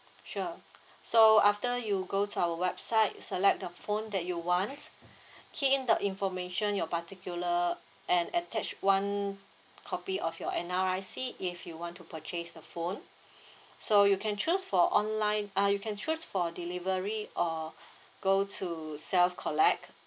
sure so after you go to our website select the phone that you want key in the information your particular and attach one copy of your N_R_I_C if you want to purchase the phone so you can choose for online uh you can choose for delivery or go to self collect